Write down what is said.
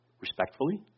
respectfully